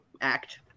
act